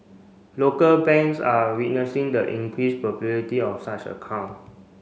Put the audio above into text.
local banks are witnessing the increase popularity of such account